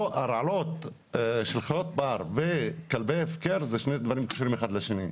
הרעלות של חיות בר וכלבי הפקר זה שני דברים קשורים אחד לשני.